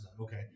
Okay